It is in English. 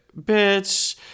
bitch